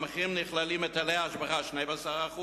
במחירים נכללים היטלי השבחה, 12%,